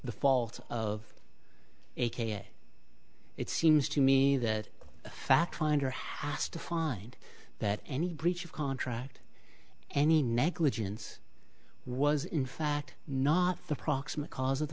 the fault of a k a it seems to me that a fact finder house to find that any breach of contract any negligence was in fact not the proximate cause of the